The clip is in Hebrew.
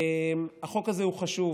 החוק הזה הוא חשוב,